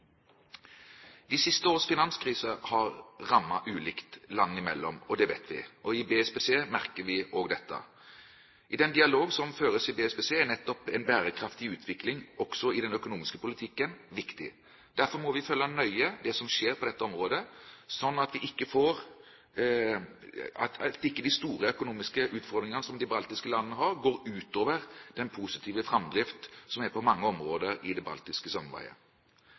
De siste års finanskrise har rammet ulikt landene imellom – det vet vi. I BSPC merker vi også dette. I den dialog som føres i BSPC, er nettopp en bærekraftig utvikling også i den økonomiske politikken viktig. Derfor må vi følge nøye med på det som skjer på dette området, slik at ikke de store økonomiske utfordringene som de baltiske landene har, går ut over den positive framdriften som er på mange områder i det baltiske